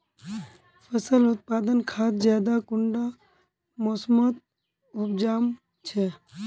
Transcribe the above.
फसल उत्पादन खाद ज्यादा कुंडा मोसमोत उपजाम छै?